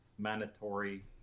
mandatory